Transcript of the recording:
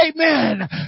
Amen